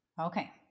Okay